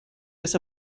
was